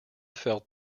felt